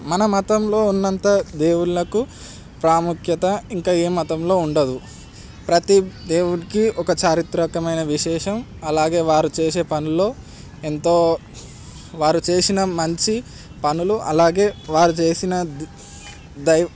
మన మతంలో ఉన్నంత దేవుళ్ళకు ప్రాముఖ్యత ఇంక ఏం మతంలో ఉండదు ప్రతి దేవుడికి ఒక చారిత్రకమైన విశేషం అలాగే వారు చేసే పనులు ఎంతో వారు చేసిన మంచి పనులు అలాగే వారు చేసిన ది దైవ